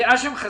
האשם חסין,